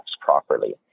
properly